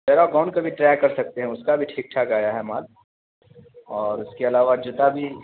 پیراگان کا بھی ٹرائی کر سکتے ہیں اس کا بھی ٹھیک ٹھاک آیا ہے مال اور اس کے علاوہ جوتا بھی